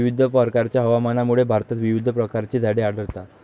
विविध प्रकारच्या हवामानामुळे भारतात विविध प्रकारची झाडे आढळतात